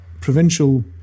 provincial